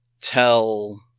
tell